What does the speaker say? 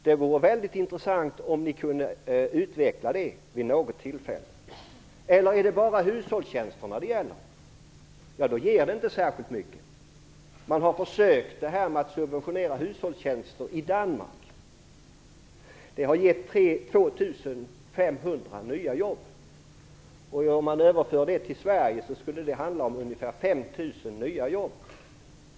Det vore väldigt intressant om ni kunde utveckla det vid något tillfälle. Är det bara hushållstjänsterna det gäller? Då ger det inte särskilt mycket. Man har försökt med att subventionera hushållstjänster i Danmark. Det har givit 2 500 nya jobb. Om man överför det till Sverige skulle det handla om ungefär 5 000 nya jobb.